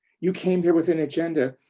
you came here with an agenda.